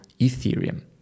Ethereum